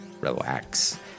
relax